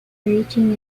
reaching